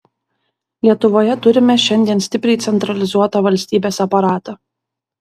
lietuvoje turime šiandien stipriai centralizuotą valstybės aparatą